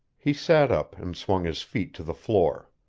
he sat up and swung his feet to the floor.